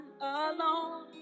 alone